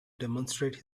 demonstrate